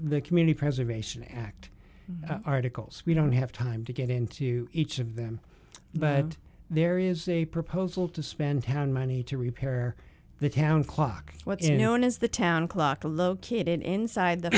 the community preservation act articles we don't have time to get into each of them but there is a proposal to spend town money to repair the town clock what is known as the town clock to located inside the